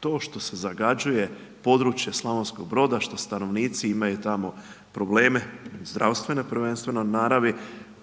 to što se zagađuje područje Slavonskog Broda, što stanovnici, imaju tamo probleme, zdravstveno prvenstveno u naravi,